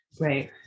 Right